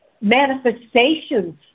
manifestations